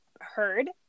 heard